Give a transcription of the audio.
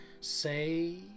say